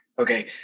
okay